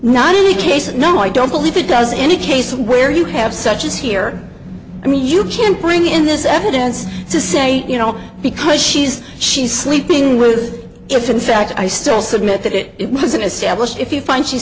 the case no i don't believe it does in a case where you have such as here i mean you can't bring in this evidence to say you know because she's she's sleeping with if in fact i still submit that it was an established if you find she's